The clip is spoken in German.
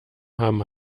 haben